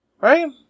Right